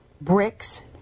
bricks